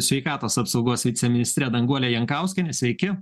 sveikatos apsaugos viceministre danguole jankauskiene sveiki